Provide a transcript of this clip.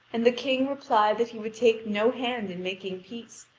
and the king replied that he would take no hand in making peace,